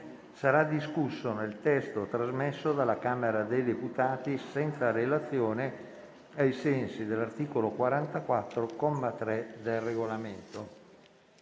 sarà discusso nel testo trasmesso dalla Camera dei deputati senza relazione, ai sensi dell'articolo 44, comma 3, del Regolamento.